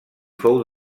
fou